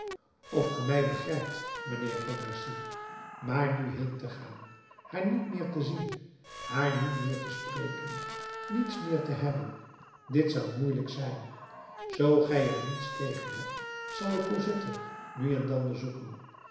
of ge mij begrijpt mijnheer pontmercy maar nu heen te gaan haar niet meer te zien haar niet meer te spreken niets meer te hebben dit zou moeielijk zijn zoo gij er niets tegen hebt zal ik cosette nu en dan